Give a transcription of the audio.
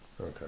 Okay